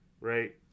Right